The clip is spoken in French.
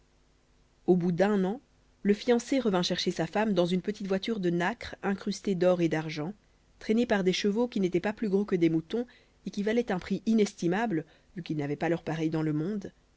au bout d'un an le fiancé revint chercher sa femme dans une petite voiture de nacre incrustée d'or et d'argent traînée par des chevaux qui n'étaient pas plus gros que des moutons et qui valaient un prix inestimable vu qu'ils n'avaient pas leurs pareils dans le monde